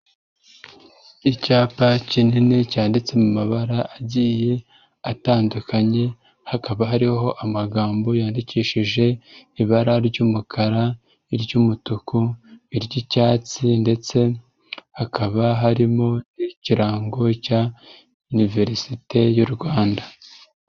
Icyapa kinini cyanditse mu mabara agiye atandukanye, hakaba hariho amagambo yandikishije ibara ry'umukara, iry'umutuku, iry'icyatsi ndetse hakaba harimo ikirango cya Iniverisite y'u Rwanda.